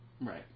Right